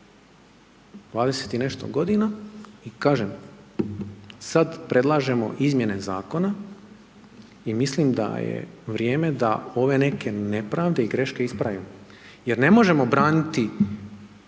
20 i nešto godina. I kažem, sad predlažemo izmjene zakona i mislim da je vrijeme da ove neke nepravde i greške ispravimo jer ne možemo braniti